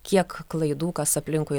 kiek klaidų kas aplinkui